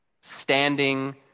standing